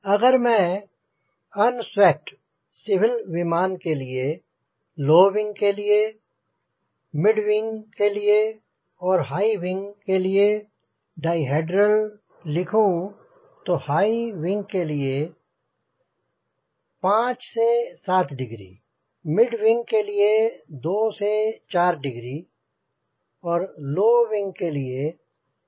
अगर मैं unswept civil विमान के लिए लो विंग के लिए मिड विंग के लिए और हाई विंग के लिए डाईहेड्रल लिखूंँ तो हाई विंग के लिए 5 से 7 डिग्री मिड विंग के लिए 2 से 4 डिग्री और लो विंग के लिए शून्य से 2 डिग्री होगा